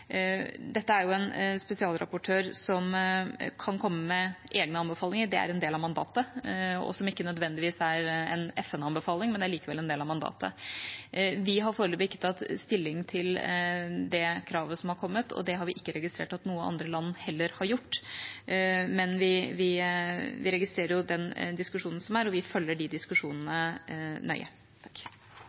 Dette er en spesialrapportør som kan komme med egne anbefalinger, det er en del av mandatet, som ikke nødvendigvis er FN-anbefalinger. Det er likevel en del av mandatet. Vi har foreløpig ikke tatt stilling til det kravet som er kommet. Det har vi ikke registrert at noen andre land heller har gjort. Men vi registrerer de diskusjonene som er, og vi følger disse diskusjonene nøye.